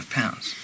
pounds